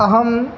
अहम्